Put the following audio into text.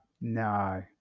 no